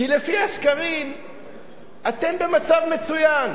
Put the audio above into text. כי לפי הסקרים אתם במצב מצוין.